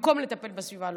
במקום לטפל בסביבה הלא-בטוחה,